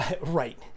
Right